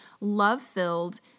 love-filled